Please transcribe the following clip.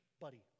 buddy